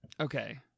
Okay